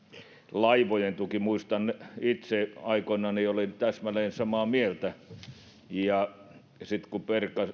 laivojen tuki muistan itse aikoinani olin täsmälleen samaa mieltä ja sitten kun